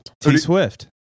T-Swift